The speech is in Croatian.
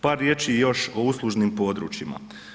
Par riječi još o uslužnim područjima.